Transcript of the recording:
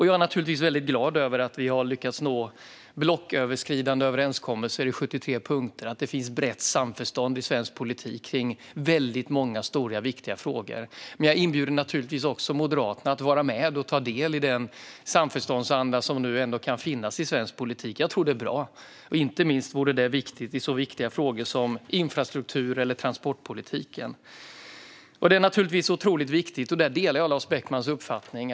Jag är naturligtvis väldigt glad över att vi har lyckats nå blocköverskridande överenskommelser på 73 punkter och att det finns brett samförstånd i svensk politik om många stora och viktiga frågor. Men jag inbjuder naturligtvis också Moderaterna att vara med och ta del i den samförståndsanda som ändå kan finnas i svensk politik. Inte minst vore det bra i så viktiga frågor som infrastruktur eller transportpolitik. Det är naturligtvis otroligt viktigt att vi ska ha en välfungerande vinterväghållning.